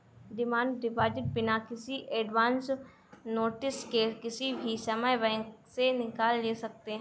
demand deposit बिना किसी advance notice के किसी भी समय बैंक से निकाल सकते है